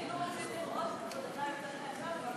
היינו רוצים לראות את עבודתה היוצאת מן הכלל,